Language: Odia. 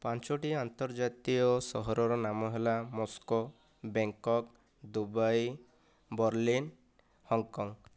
ପାଞ୍ଚଟି ଆନ୍ତର୍ଜାତୀୟ ସହରର ନାମ ହେଲା Moscow Bangkok Dubai Berlin Hong Kong